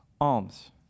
alms